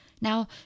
Now